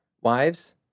wives